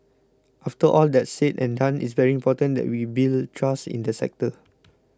after all that's said and done it's very important that we build trust in the sector